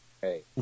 Hey